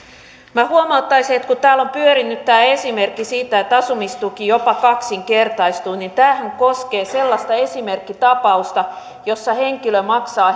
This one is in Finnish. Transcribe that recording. minä huomauttaisin että kun täällä on pyörinyt esimerkki siitä että asumistuki jopa kaksinkertaistuu niin tämähän koskee sellaista esimerkkitapausta jossa henkilö maksaa